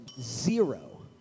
zero